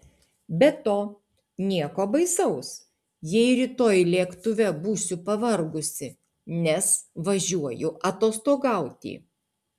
be to nieko baisaus jei rytoj lėktuve būsiu pavargusi nes važiuoju atostogauti